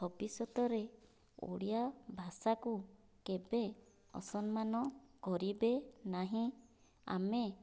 ଭବିଷ୍ୟତରେ ଓଡ଼ିଆ ଭାଷାକୁ କେବେ ଅସମ୍ମାନ କରିବେ ନାହିଁ ଆମେ